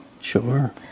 Sure